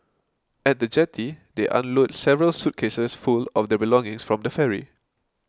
at the jetty they unload several suitcases full of their belongings from the ferry